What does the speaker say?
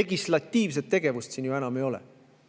legislatiivset tegevust siin ju enam ei ole. Kui